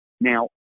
Now